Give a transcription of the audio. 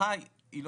המשפחה לא